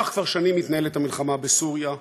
וכך כבר שנים מתנהלת המלחמה בסוריה.